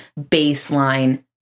baseline